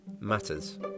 matters